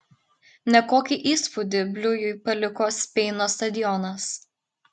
nekokį įspūdį bliujui paliko speino stadionas